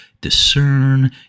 discern